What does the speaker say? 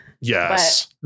Yes